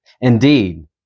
Indeed